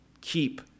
Keep